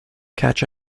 catch